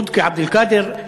סודקי עבד-אלקאדר,